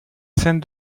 scènes